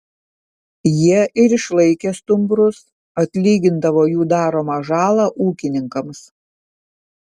jie ir išlaikė stumbrus atlygindavo jų daromą žalą ūkininkams